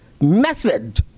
method